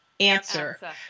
answer